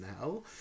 now